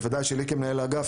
בוודאי שלי כמנהל האגף,